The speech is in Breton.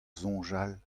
soñjal